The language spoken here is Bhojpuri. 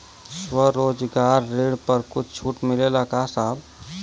स्वरोजगार ऋण पर कुछ छूट मिलेला का साहब?